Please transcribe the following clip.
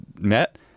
met